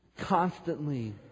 constantly